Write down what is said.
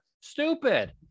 Stupid